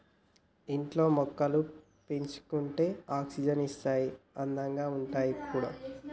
ఇంట్లో మొక్కలు పెంచుకుంటే ఆక్సిజన్ ఇస్తాయి అందంగా ఉంటాయి కూడా